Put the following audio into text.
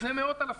זה מאות אלפים.